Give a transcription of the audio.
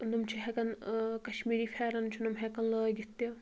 تم چھِ ہیٚکن کشمیٖرِی پھیٚرَن چھِ نۄم ہیٚکن لٲگتھ تہِ